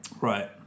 Right